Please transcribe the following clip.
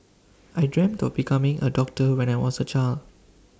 I dreamt of becoming A doctor when I was A child